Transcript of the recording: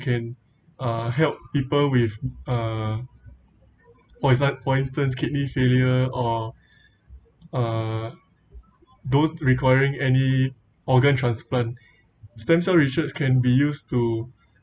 can uh help people with uh for for instance kidney failure or uh those requiring any organ transplant stem cell research can be used to